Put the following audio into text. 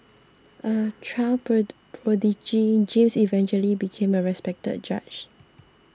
a child pro prodigy James eventually became a respected judge